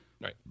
Right